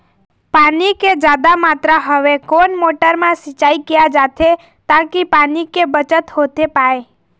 पानी के जादा मात्रा हवे कोन मोटर मा सिचाई किया जाथे ताकि पानी के बचत होथे पाए?